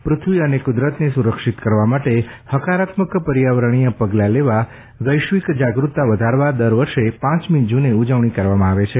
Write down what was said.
પૃથ્વી અને કુદરતને સુરક્ષિત કરવા માટે હકારાત્મક પર્યાવરણીય પગલા લેવા વૈશ્વિક જાગરૂકતા વધારવા દર વર્ષે પાંચમી જૂને ઉજવણી કરવામાં આવે છે